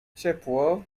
ciepło